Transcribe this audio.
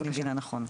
אם אני מבינה נכון.